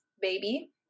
baby